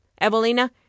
Evelina